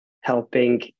helping